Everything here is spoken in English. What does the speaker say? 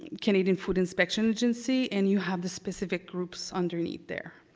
canadian food inspection agency, and you have the specific groups underneath there.